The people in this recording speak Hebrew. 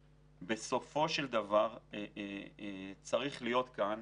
בסופו של דבר צריכה להיות כאן